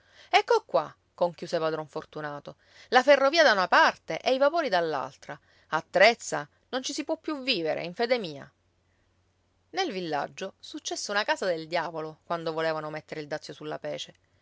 ecco qua conchiuse padron fortunato la ferrovia da una parte e i vapori dall'altra a trezza non ci si può più vivere in fede mia nel villaggio successe una casa del diavolo quando volevano mettere il dazio sulla pece